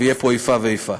ותהיה פה איפה ואיפה.